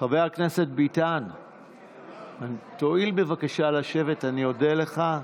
לשבת, אני אודה לך.